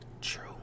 true